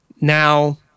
now